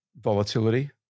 volatility